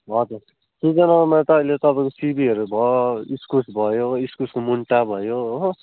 हजुर सिजनलमा त अहिले तपाईँको सिमीहरू भयो इस्कुस भयो इस्कुसको मुन्टा भयो हो